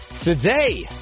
Today